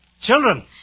Children